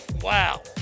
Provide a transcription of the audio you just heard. Wow